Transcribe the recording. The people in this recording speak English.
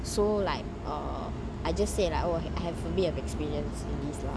so like err I just say like oh I have a bit of experience in this lah